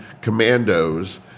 Commandos